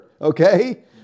okay